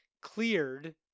Cleared